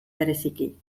bereziki